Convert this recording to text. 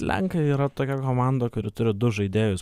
lenkai yra tokia komanda kuri turi du žaidėjus